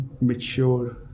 mature